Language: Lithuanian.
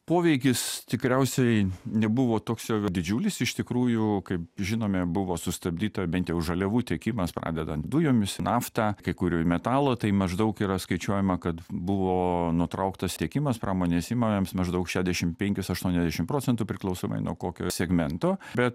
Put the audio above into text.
poveikis tikriausiai nebuvo toks jau didžiulis iš tikrųjų kaip žinome buvo sustabdyta bent jau žaliavų tiekimas pradedant dujomis nafta kai kur ir metalo tai maždaug yra skaičiuojama kad buvo nutrauktas tiekimas pramonės įmonėms maždaug šešiasdešim penkis aštuoniasdešim procentų priklausomai nuo kokio segmento bet